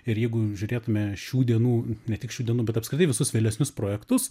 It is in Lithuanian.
ir jeigu žiūrėtume šių dienų ne tik šių dienų bet apskritai visus vėlesnius projektus